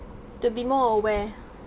to be more aware